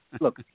Look